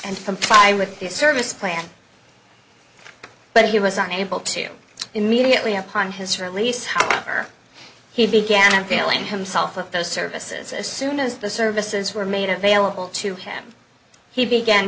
and comply with the service plan but he was unable to immediately upon his release however he began availing himself of those services as soon as the services were made available to him he began